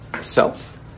self